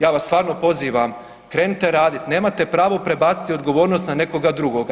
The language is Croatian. Ja vas stvarno pozivam, krenite raditi, nemate pravo prebaciti odgovornost na nekoga drugoga.